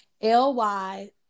L-Y